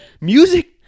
music